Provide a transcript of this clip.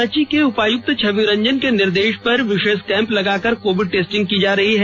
रांची के उपायुक्त छवि रंजन के निर्देश पर विशेष कैम्प लगाकर कोविड टेस्टिंग की जा रही है